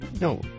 No